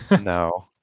No